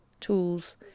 tools